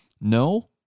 No